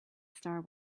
star